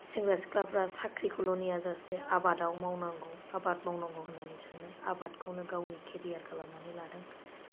सेंग्रा सिख्लाफ्रा साख्रिखौल' नेयाजासे आबादाव मावनांगौ आबाद मावनांगौ होननानै सानो आबादखौनो गावनि केरियार खालामनानै लादों